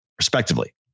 respectively